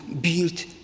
build